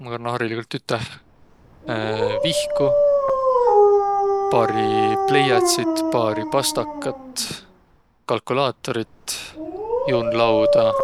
Maq kanna hariligult üteh vihku, paari pleiätsit, paari pastakat, kalkulaatorit, juunlauda